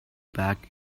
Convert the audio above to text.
back